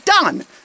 Done